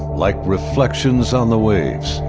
like reflections on the waves.